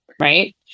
right